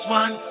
one